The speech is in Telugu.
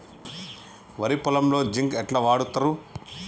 వరి పొలంలో జింక్ ఎట్లా వాడుతరు?